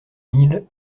mille